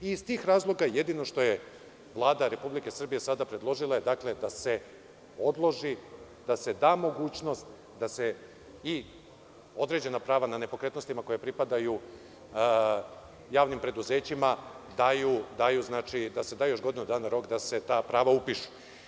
Iz tih razloga, jedino što je Vlada Republike Srbije sada predložila jeste da se odloži, da se da mogućnost, da se i određena prava na nepokretnostima koja pripadaju javnim preduzećima da još godinu dana rok da se ta prava upišu.